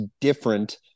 different